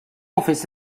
office